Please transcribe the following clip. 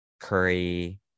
curry